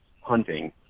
hunting